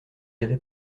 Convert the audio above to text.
avait